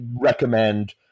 recommend